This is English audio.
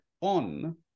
on